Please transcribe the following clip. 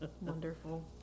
Wonderful